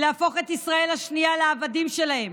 להפוך את ישראל השנייה לעבדים שלהם,